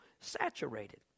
saturated